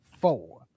Four